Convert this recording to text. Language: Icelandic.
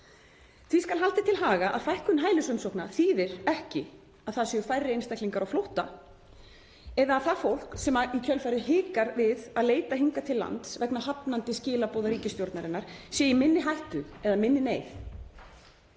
Því skal haldið til haga að fækkun hælisumsókna þýðir ekki að það séu færri einstaklingar á flótta eða að það fólk sem í kjölfarið hikar við að leita hingað til lands vegna hafnandi skilaboða ríkisstjórnarinnar sé í minni hættu eða minni neyð.